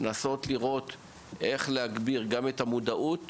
ננסה לראות איך אפשר להגביר את המודעות,